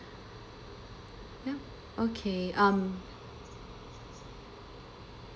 yup okay um